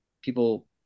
People